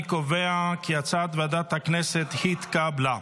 אני קובע כי הצעת ועדת הכנסת התקבלה.